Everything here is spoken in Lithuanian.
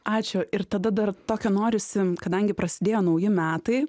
ačiū ir tada dar tokio norisi kadangi prasidėjo nauji metai